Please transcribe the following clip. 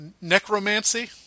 necromancy